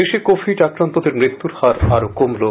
দেশে কোভিড আক্রান্তদের মৃত্যুর হার আরো কমলো